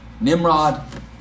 Nimrod